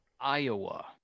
Iowa